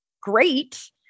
great